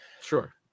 sure